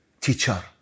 teacher